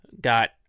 Got